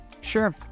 Sure